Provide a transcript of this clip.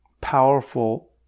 powerful